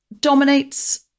dominates